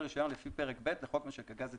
רישיון לפי פרק ב' לחוק משק הגז הטבעי".